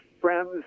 friends